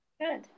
good